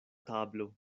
tablo